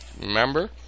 Remember